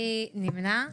אין נמנעים.